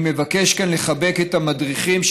אני מבקש כאן לחבק את המדריכים,